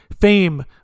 Fame